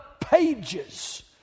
pages